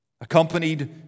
accompanied